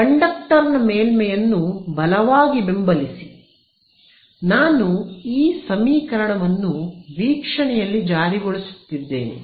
ಕಂಡಕ್ಟರ್ನ ಮೇಲ್ಮೈಯನ್ನು ಬಲವಾಗಿ ಬೆಂಬಲಿಸಿ ನಾನು ಈ ಸಮೀಕರಣವನ್ನು ವೀಕ್ಷಣೆಯಲ್ಲಿ ಜಾರಿಗೊಳಿಸುತ್ತಿದ್ದೇನೆ